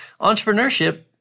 Entrepreneurship